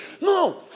No